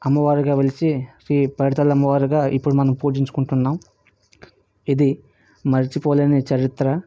అమ్మవారిగా వెలిచి శ్రీ పాడితల్లి అమ్మవారిగా ఇప్పుడు మనం పూజించుకుంటున్నాం ఇది మరిచిపోలేని చరిత్ర